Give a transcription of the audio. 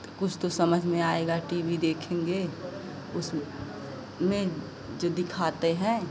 तो कुछ तो समझ में आएगा टी वी देखेंगे उसमें में जो दिखाते हैं